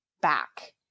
back